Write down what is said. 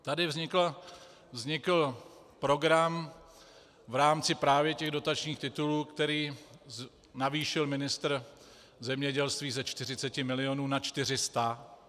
Tady vznikl program v rámci právě těch dotačních titulů, který navýšil ministr zemědělství ze 40 milionů na 400.